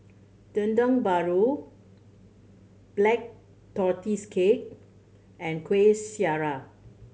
Dendeng Paru Black Tortoise Cake and Kuih Syara